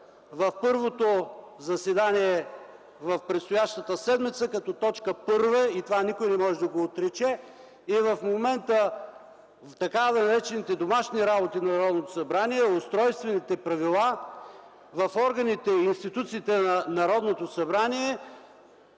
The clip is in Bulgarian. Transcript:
В първото заседание в предстоящата седмица като т. 1 – това никой не може да го отрече, и в момента така наречените домашни работи на Народното събрание – устройствените правила в институциите на Народното събрание,